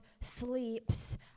sleeps